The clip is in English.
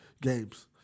games